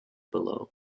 below